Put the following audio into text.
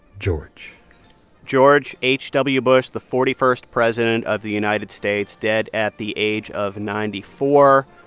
george george h w. bush, the forty first president of the united states, dead at the age of ninety four.